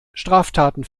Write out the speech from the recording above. straftaten